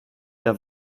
der